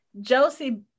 Josie